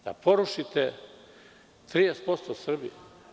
Da porušite 30% Srbije?